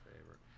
favorite